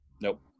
Nope